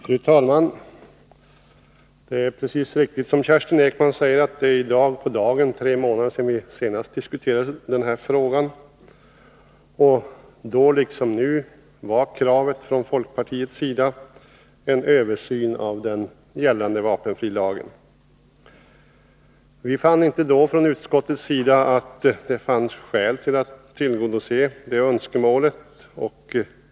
Fru talman! Det är riktigt som Kerstin Ekman säger, att det är i dag på dagen tre månader sedan vi senast diskuterade den här frågan. Då liksom nu krävde folkpartiet en översyn av den gällande vapenfrilagen. Utskottet fann inte då några skäl för att tillgodose det önskemålet.